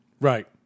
Right